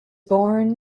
born